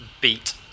beat